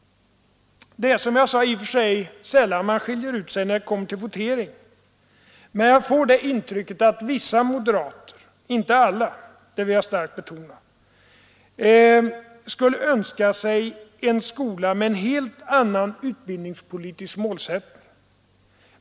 Det är, som jag sade, sällan de skiljer sig från de övriga när det kommer till votering, men jag har fått intrycket att vissa moderater — inte alla; det vill jag starkt betona — skulle önska sig en skola med en helt annan utbildningspolitisk målsättning.